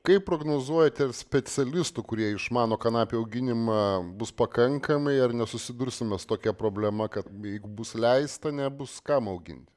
kaip prognozuojate specialistų kurie išmano kanapių auginimą bus pakankamai ar nesusidursime su tokia problema kad jeigu bus leista nebus kam augint